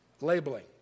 labeling